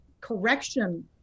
correction